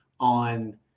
on